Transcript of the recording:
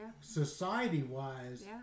society-wise